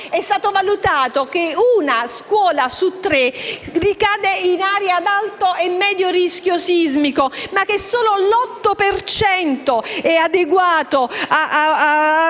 È stato valutato che una scuola su tre ricade in aree ad alto e medio rischio sismico, ma che solo l'8 per cento è